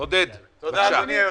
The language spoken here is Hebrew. עודד, בבקשה.